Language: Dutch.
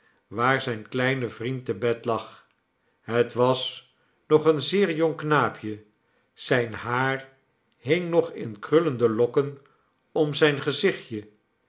waar zijn kleine vriend te bed lag het was nog een zeer jongknaapje zijn haar hing nog in krullende lokken om zijn gezichtje